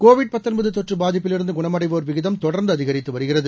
Covid தொற்று பாதிப்பிலிருந்து குணமடைவோர் விகிதம் தொடர்ந்து அதிகரித்து வருகிறது